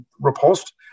repulsed